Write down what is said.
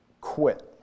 quit